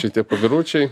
šitie pabiručiai